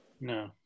no